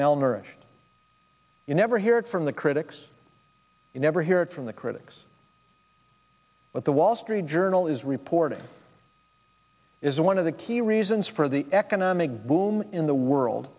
malnourished you never hear it from the critics you never hear it from the critics but the wall street journal is reporting is one of the key reasons for the economic boom in the world